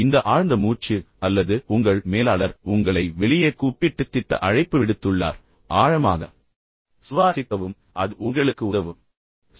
எனவே இந்த ஆழ்ந்த மூச்சு அல்லது உங்கள் மேலாளர் கூட உங்களை வெளியே கூப்பிட்டு திட்ட அழைப்பு விடுத்துள்ளார் சிறிது ஆழமாக சுவாசிக்கவும் அது உங்களுக்கு உதவப் போகிறது